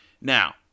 Now